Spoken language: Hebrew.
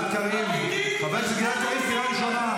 חבר הכנסת גלעד קריב, קריאה ראשונה.